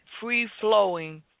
free-flowing